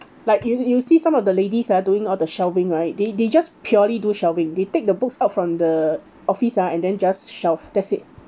like you'll you'll see some of the ladies ah doing all the shelving right they they just purely do shelving they take the books out from the office ah and then just shelf that's it